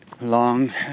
long